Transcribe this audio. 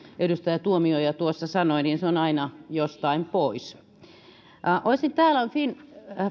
edustaja tuomioja sanoi se on aina jostain pois täällä on finnfundin